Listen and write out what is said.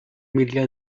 media